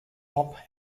hop